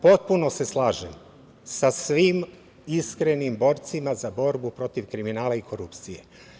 Potpuno se slažem sa svim iskrenim borcima za borbu protiv kriminala i korupcije.